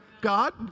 God